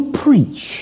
preach